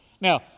Now